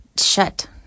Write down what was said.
shut